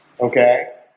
Okay